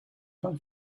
from